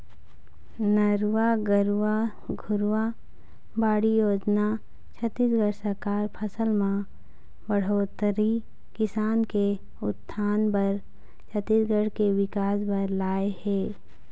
नरूवा, गरूवा, घुरूवा, बाड़ी योजना छत्तीसगढ़ सरकार फसल म बड़होत्तरी, किसान के उत्थान बर, छत्तीसगढ़ के बिकास बर लाए हे